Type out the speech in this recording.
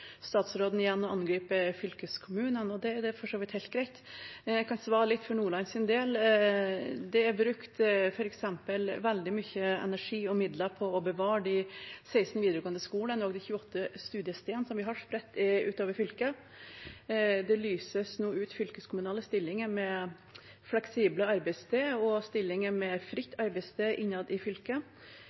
statsråden igjen å angripe fylkeskommunene, og det er for så vidt helt greit. Jeg kan svare for Nordlands del. Det er brukt f.eks. veldig mye energi og midler på å bevare de 16 videregående skolene og de 28 studiestedene som vi har spredt utover fylket. Det lyses nå ut fylkeskommunale stillinger med fleksible arbeidssteder og stillinger med fritt arbeidssted innad i fylket.